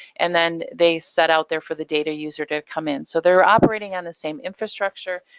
and then they set out there for the data user to come in. so they're operating on the same infrastructure,